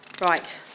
Right